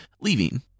Leaving